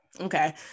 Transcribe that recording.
Okay